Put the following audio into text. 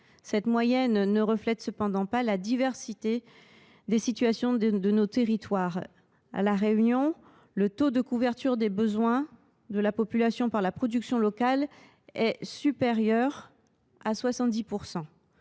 Cette moyenne ne reflète cependant pas la diversité des situations dans nos territoires. À La Réunion, le taux de couverture des besoins de la population par la production locale dépasse ainsi 70 %.